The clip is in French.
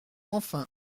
enfin